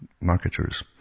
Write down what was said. marketers